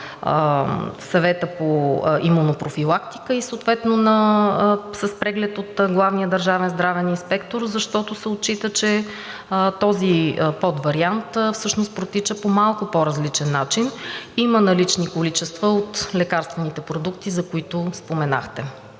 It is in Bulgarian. Съвета по имунопрофилактика и съответно с преглед от главния държавен здравен инспектор, защото се отчита, че този подвариант всъщност протича по малко по-различен начин. Има налични количества от лекарствените продукти, за които споменахте.